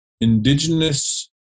Indigenous